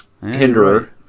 Hinderer